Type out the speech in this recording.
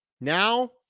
Now